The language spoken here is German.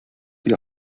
die